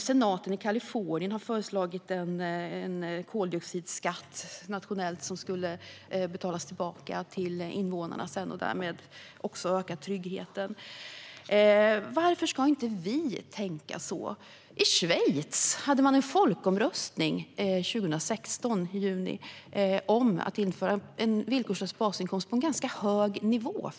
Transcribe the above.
Senaten i Kalifornien har föreslagit en nationell koldioxidskatt som kan betalas tillbaka till invånarna och därmed öka tryggheten. Varför ska inte vi tänka så? I Schweiz var det en folkomröstning i juni 2016 om att införa en villkorslös basinkomst på en ganska hög nivå.